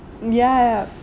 ya